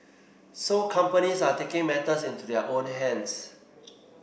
so companies are taking matters into their own hands